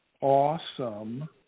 awesome